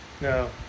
No